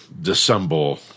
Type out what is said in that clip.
dissemble